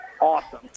awesome